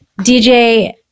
DJ